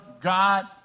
God